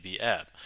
app